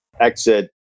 exit